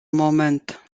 moment